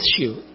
issue